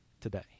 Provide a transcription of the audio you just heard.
today